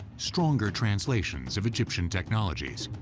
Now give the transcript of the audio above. stronger translations of egyptian technologies.